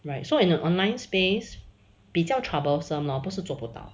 right so in an online space 比较 troublesome lor 不是做不到